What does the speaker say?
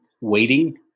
waiting